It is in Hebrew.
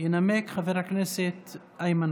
ינמק חבר הכנסת איימן